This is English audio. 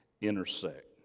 intersect